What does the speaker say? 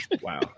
Wow